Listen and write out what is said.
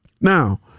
Now